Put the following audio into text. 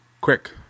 Quick